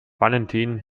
valentin